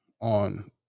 on